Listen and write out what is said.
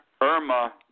Irma